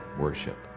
worship